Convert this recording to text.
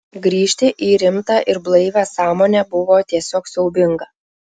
grįžti į rimtą ir blaivią sąmonę buvo tiesiog siaubinga